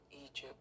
Egypt